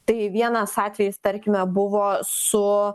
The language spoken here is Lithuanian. tai vienas atvejis tarkime buvo su